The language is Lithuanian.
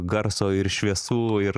garso ir šviesų ir